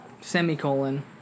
semicolon